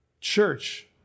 Church